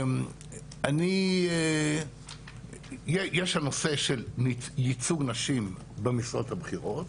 יש את הנושא של ייצוג נשים במשרות הבכירות,